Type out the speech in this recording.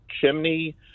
chimney